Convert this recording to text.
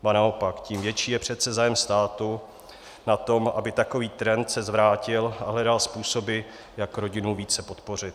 Ba naopak, tím větší je přece zájem státu na tom, aby se takový trend zvrátil a hledal způsoby, jak rodinu více podpořit.